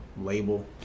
label